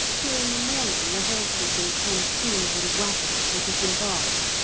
during the morning the horses and pontoons and waggons were disembarked,